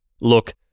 Look